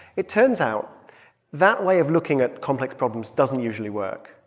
it turns out that way of looking at complex problems doesn't usually work.